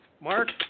Mark